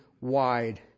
wide